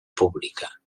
pública